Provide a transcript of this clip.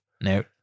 No